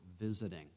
visiting